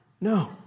No